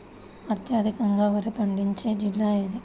అత్యధికంగా వరి పండించే జిల్లా ఏది?